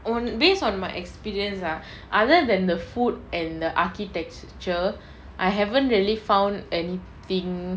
um based on my experience ah other than the food and the architecture I haven't really found any thing